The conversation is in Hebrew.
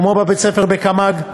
כמו בבית-הספר בקמ"ג,